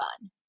fun